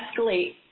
escalate